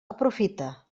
aprofita